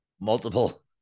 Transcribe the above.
multiple